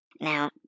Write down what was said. Now